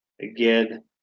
again